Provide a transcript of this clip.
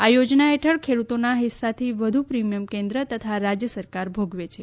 આ યોજના હેઠળ ખેડૂતોના હિસ્સાથી વધુ પ્રીમીયમ કેન્દ્ર તથા રાજ્ય સરકાર ભોગવે છે